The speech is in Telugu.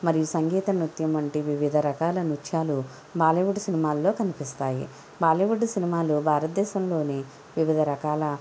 మరియు సంగీత నృత్యం అంటే వివిధ రకాల నృత్యాలు బాలీవుడ్ సినిమా లో కనిపిస్తాయి బాలీవుడ్ సినిమాలు భారతదేశంలో వివిధ రకాల